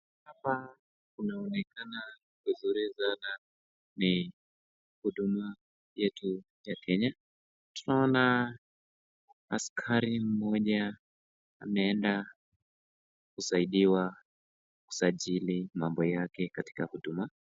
Hapa kunaonekana vizuri sana ni Huduma yetu ya Kenya. Tunaona askari moja ameenda kusaidiwa kusajili mambo yake katika Huduma.